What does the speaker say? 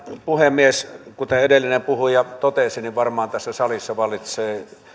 puhemies kuten edellinen puhuja totesi varmaan tässä salissa vallitsee